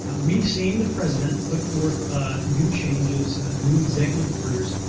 we've seen the president put forth new changes, new executive orders.